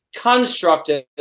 constructive